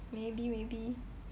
maybe maybe